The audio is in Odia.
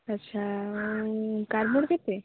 ଆଚ୍ଛା କାର୍ଡ଼ବୋର୍ଡ଼ କେତେ